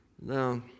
Now